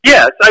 Yes